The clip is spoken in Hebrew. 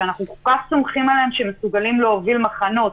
שאנחנו כל כך סומכים עליהם שהם מסוגלים להוביל מחנות,